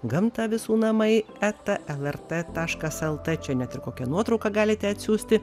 gamta visų namai eta lrt taškas lt čia net ir kokią nuotrauką galite atsiųsti